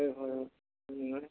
ꯍꯣꯏ ꯍꯣꯏ ꯍꯣꯏ ꯐꯪꯒꯅꯤ